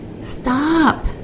Stop